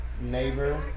neighbor